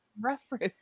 reference